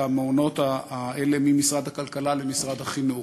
המעונות האלה ממשרד הכלכלה למשרד החינוך.